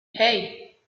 hey